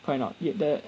why not yet the